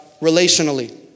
relationally